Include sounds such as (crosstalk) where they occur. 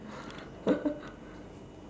(laughs)